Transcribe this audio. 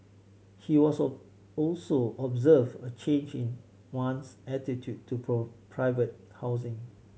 he also observed a change in one's attitude to private housing